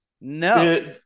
No